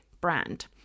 brand